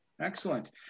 Excellent